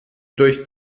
durch